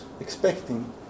expecting